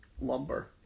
lumber